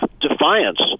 defiance